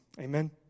Amen